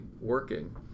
working